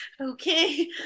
Okay